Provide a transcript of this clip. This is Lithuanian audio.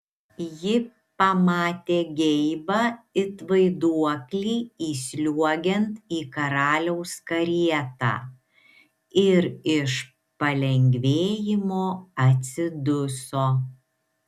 ji pamatė geibą it vaiduoklį įsliuogiant į karaliaus karietą ir iš palengvėjimo atsiduso